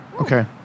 Okay